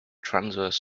transverse